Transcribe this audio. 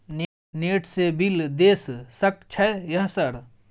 Net से bill देश सक छै यह सर?